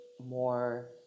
more